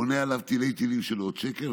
בונה עליו תילי-תילים של עוד שקר,